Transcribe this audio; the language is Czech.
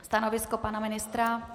Stanovisko pana ministra?